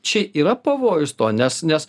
čia yra pavojus to nes nes